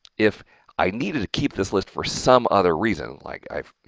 if i needed to keep this list for some other reason, like, i've you